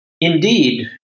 indeed